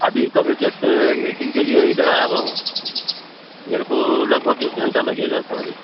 ابھی تو میں جسٹ میٹنگ کے لیے اِدھر آیا ہُوا ہوں میرے کو لگ بھگ ایک گھنٹہ لگے گا سر ابھی